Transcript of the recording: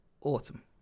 autumn